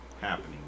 happening